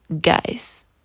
guys